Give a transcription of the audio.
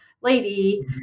lady